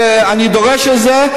שאני דורש את זה,